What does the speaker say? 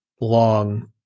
long